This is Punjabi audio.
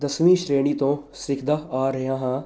ਦਸਵੀਂ ਸ਼੍ਰੇਣੀ ਤੋਂ ਸਿੱਖਦਾ ਆ ਰਿਹਾ ਹਾਂ